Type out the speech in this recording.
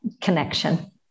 connection